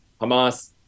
Hamas